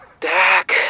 Dak